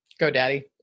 GoDaddy